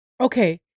okay